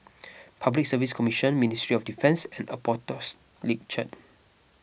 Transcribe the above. Public Service Commission Ministry of Defence and Apostolic Church